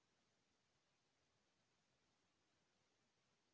फसल उत्पादन बर कैसन जलवायु चाही?